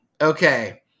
Okay